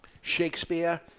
Shakespeare